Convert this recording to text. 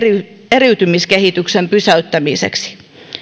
eriytymiskehityksen pysäyttämiseksi